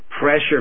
pressure